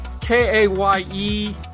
K-A-Y-E